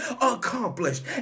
accomplished